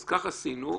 אז כך עשינו.